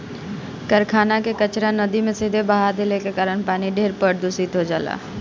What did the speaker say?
कारखाना कअ कचरा नदी में सीधे बहा देले के कारण पानी ढेर प्रदूषित हो जाला